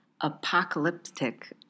apocalyptic